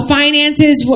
finances